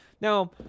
Now